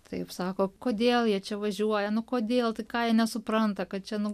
taip sako kodėl jie čia važiuoja nu kodėl tai ką jie nesupranta kad čia nu